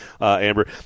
Amber